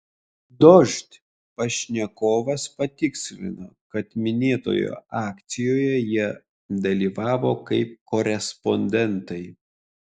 dožd pašnekovas patikslino kad minėtoje akcijoje jie dalyvavo kaip korespondentai